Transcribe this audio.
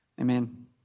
Amen